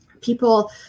people